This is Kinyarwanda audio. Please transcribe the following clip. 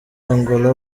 angola